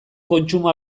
kontsumo